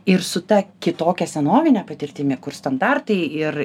ir su ta kitokia senovine patirtimi kur standartai ir